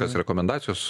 kas rekomendacijos